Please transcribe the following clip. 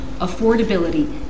affordability